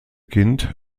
kind